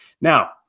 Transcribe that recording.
Now